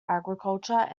agriculture